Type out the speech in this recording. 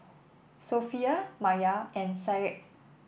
Sofea Maya and Syed